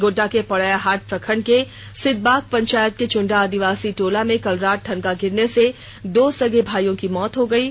गोड्डा के पोड़ैयाहाट प्रखंड के सिदबाग पंचायत के चुंडा आदिवासी टोला में कल रात ठनका गिरने से दो सगे भाईओं की मौत हो गई है